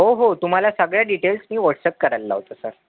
हो हो तुमाला सगळ्या डिटेल्स मी वॉट्सअप करायला लावतो सर